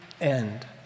end